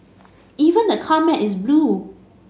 even the car mat is blue